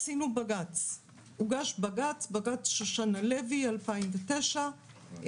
הוגש בג"ץ שושנה לוי 2009,